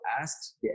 asked